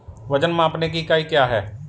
वजन मापने की इकाई क्या है?